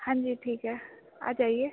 हाँ जी ठीक है आ जाइए